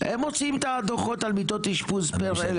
הם מוציאים את הדוחות על מיטות אשפוז פר אלף.